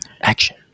Action